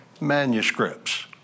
manuscripts